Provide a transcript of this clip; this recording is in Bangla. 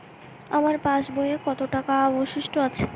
আমার পাশ বইয়ে কতো টাকা অবশিষ্ট আছে?